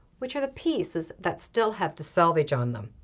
which are the pieces that still have the selvage on them.